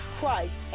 Christ